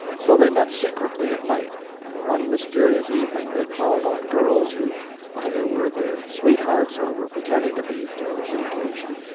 so they met secretly at night, and one mysterious evening they called on girls who either were their sweethearts or were pretending to be for the occasion,